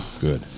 Good